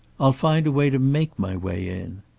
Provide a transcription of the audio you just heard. i'll find a way to make my way in.